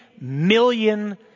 million